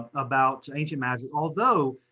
about ancient magic. although,